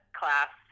class